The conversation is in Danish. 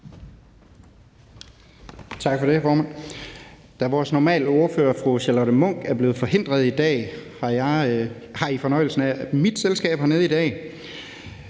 Tak for det, hr. formand. Da vores normale ordfører på området, fru Charlotte Munch, er blevet forhindret, har I fornøjelsen af mit selskab hernede i dag.